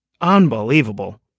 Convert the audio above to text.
Unbelievable